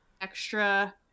extra